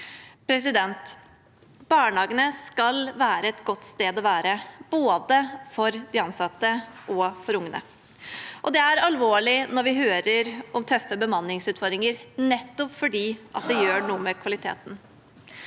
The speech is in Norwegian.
initiativ. Barnehagene skal være et godt sted å være, både for de ansatte og for ungene. Det er alvorlig når vi hører om tøffe bemanningsutfordringer, nettopp fordi det gjør noe med kvaliteten.